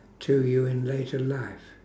to you in later life